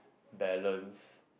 balance